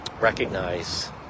recognize